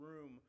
room